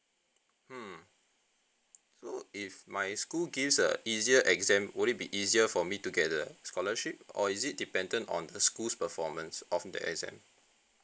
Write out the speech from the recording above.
hmm so if my school gives a easier exam will it be easier for me to get the scholarship or is it dependent on the school's performance of the exam